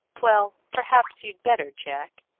well, perhaps you'd better, jack,